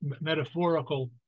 metaphorical